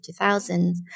2000s